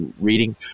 reading